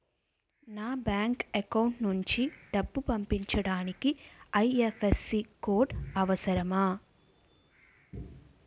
నా bank account నుంచి డబ్బు పంపించడానికి ఐ.ఎఫ్.ఎస్.సి కోడ్ అవసరమా?